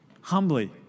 humbly